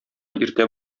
иртә